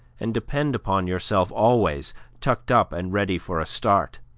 and depend upon yourself always tucked up and ready for a start,